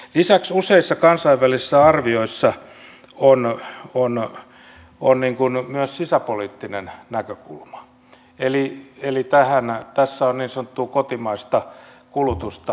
lisäksi useissa kansainvälisissä arvioissa on myös sisäpoliittinen näkökulma eli tässä on niin sanottua kotimaista kulutusta